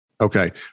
Okay